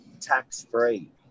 tax-free